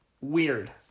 weird